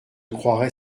croirait